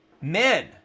Men